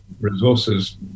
resources